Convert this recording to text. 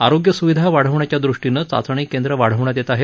आरोग्य स्विधा वाढवण्याच्या दृष्टीनं चाचणी केंद्र वाढवण्यात येत आहेत